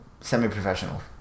Semi-professional